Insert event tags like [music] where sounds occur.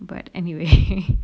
but anyway [laughs]